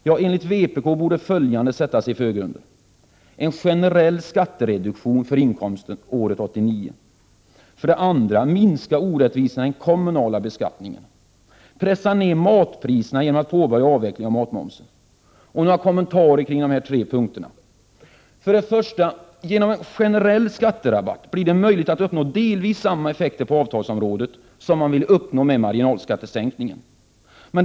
Ja, enligt vpk borde följande sättas i förgrunden: —- Inför en generell skattereduktion för inkomståret 1989. — Minska orättvisorna i den kommunala beskattningen. — Pressa ned matpriserna genom att påbörja avvecklingen av matmomsen. Jag skall göra några kommentarer beträffande de tre punkterna. För det första: Genom en generell skatterabatt blir det möjligt att uppnå delvis samma effekter på avtalsområdet som man vill uppnå med marginalskattesänkningen.